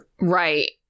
Right